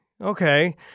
okay